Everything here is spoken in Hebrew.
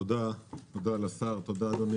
תודה לשר, תודה, אדוני